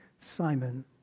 Simon